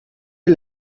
est